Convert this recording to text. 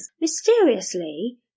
Mysteriously